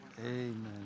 Amen